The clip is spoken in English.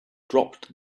dropped